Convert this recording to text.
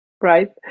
right